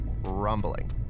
rumbling